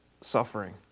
suffering